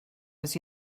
was